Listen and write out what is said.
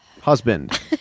Husband